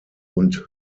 und